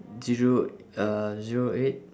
zero uh zero eight